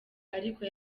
ariko